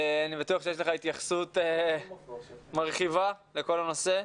אני בטוח שיש לך התייחסות מרחיבה לכל הנושא.